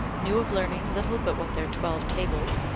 knew of learning little but what their twelve tables,